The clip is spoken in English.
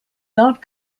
not